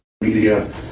media